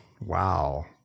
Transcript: wow